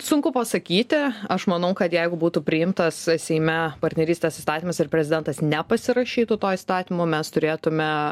sunku pasakyti aš manau kad jeigu būtų priimtas seime partnerystės įstatymas ir prezidentas nepasirašytų to įstatymo mes turėtume